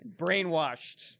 brainwashed